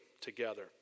together